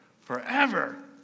Forever